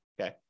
Okay